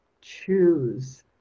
choose